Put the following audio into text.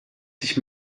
sich